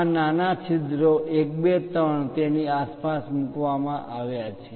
આ નાના નાના છિદ્રો 1 2 3 તેની આસપાસ મૂકવામાં આવ્યા છે